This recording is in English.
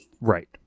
right